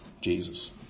Jesus